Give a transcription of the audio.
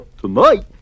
tonight